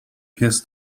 pies